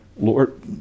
Lord